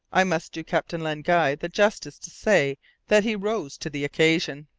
i must do captain len guy the justice to say that he rose to the occasion.